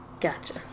Gotcha